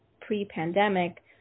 pre-pandemic